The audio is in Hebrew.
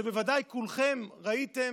שבוודאי כולכם ראיתם,